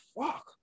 fuck